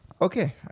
Okay